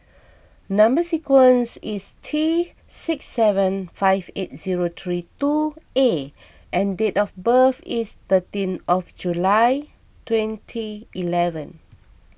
Number Sequence is T six seven five eight zero three two A and date of birth is thirteen of July twenty eleven